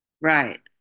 Right